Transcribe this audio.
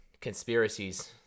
Conspiracies